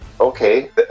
okay